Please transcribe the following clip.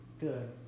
good